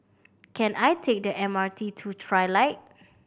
can I take the M R T to Trilight